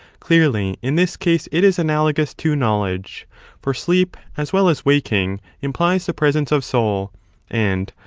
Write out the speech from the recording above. clearly in this case it is analogous to knowledge for sleep, as well as waking, implies the presence of soul and,